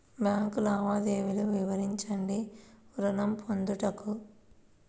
Bank లావాదేవీలు వివరించండి ఋణము పొందుటకు?